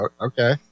okay